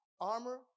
armor